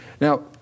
Now